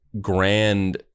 grand